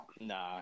Nah